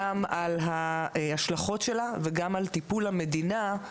גם על ההשלכות שלה וגם על טיפול המדינה,